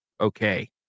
okay